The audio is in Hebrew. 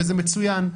שזה מצוין,